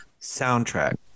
soundtrack